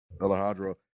Alejandro